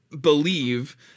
believe